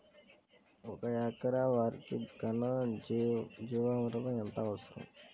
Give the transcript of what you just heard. ఒక ఎకరా వరికి ఘన జీవామృతం ఎంత అవసరం?